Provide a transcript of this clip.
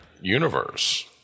universe